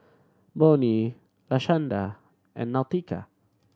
Bonnie Lashanda and Nautica